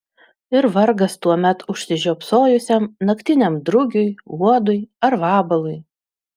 ir vargas tuomet užsižiopsojusiam naktiniam drugiui uodui ar vabalui